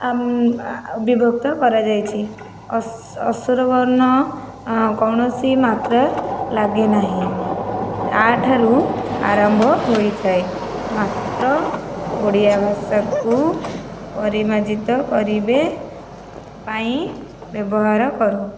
ଆଉ ବିଭକ୍ତ କରାଯାଇଛି ସ୍ୱରବର୍ଣ୍ଣ କୌଣସି ମାତ୍ରା ଲାଗେ ନାହିଁ ଆ ଠାରୁ ଆରମ୍ଭ ହୋଇଥାଏ ମାତ୍ର ଓଡ଼ିଆ ଭାଷାକୁ ପରିମାର୍ଜିତ କରିବେ ପାଇଁ ବ୍ୟବହାର କରୁ